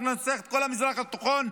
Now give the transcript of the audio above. אנחנו ננצח את כל המזרח התיכון,